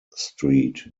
street